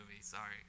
sorry